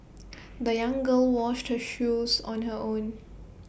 the young girl washed her shoes on her own